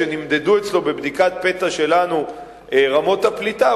כשנמדדו אצלו בבדיקת פתע שלנו רמות הפליטה,